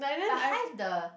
but hive the